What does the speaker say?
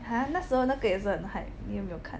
!huh! 那时候那个也是很 hype 你又没有看